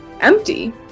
empty